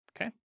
Okay